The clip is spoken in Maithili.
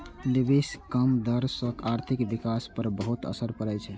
निवेशक कम दर सं आर्थिक विकास पर बहुत असर पड़ै छै